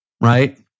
right